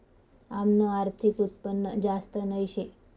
आमनं आर्थिक उत्पन्न जास्त नही शे